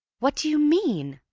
what do you mean?